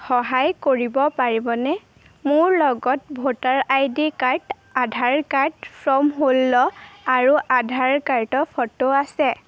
সহায় কৰিব পাৰিবনে মোৰ লগত voter ID card Aadhaar card form ষোল্ল আৰু আধাৰ কাৰ্ডৰ ফটো আছে